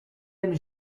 même